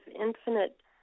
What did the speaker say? infinite